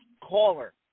caller